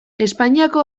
espainiako